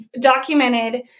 documented